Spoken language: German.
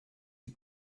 die